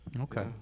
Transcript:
Okay